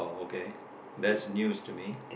okay that's news to me